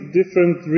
different